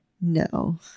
No